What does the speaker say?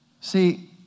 See